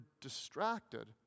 distracted